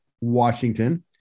Washington